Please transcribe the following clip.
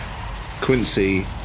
Quincy